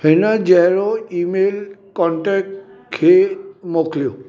हिन जहिड़ो email contact खे मोकिलियो